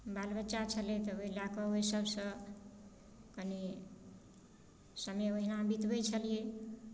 बाल बच्चा छलै तऽ ओहि लए कऽ ओ सभसँ कनि समय ओहिना बितबै छलियै